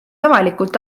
avalikult